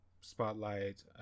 spotlight